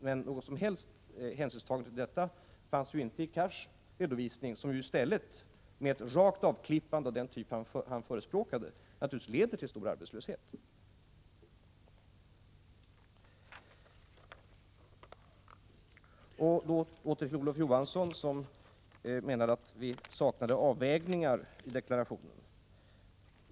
Men något hänsynstagande till detta fanns ju inte i Hadar Cars redovisning, som ju i stället med ett rakt avklippande av den typ han förespråkade naturligtvis leder till stor arbetslöshet. Sedan till Olof Johansson som menade att vi saknar avvägningar i deklarationen.